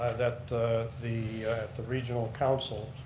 that the the regional council,